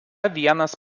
vienas